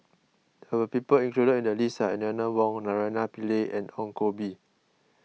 the people included in the list are Eleanor Wong Naraina Pillai and Ong Koh Bee